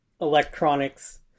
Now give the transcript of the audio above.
electronics